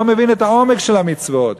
לא מבין את העומק של המצוות.